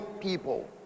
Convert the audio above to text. people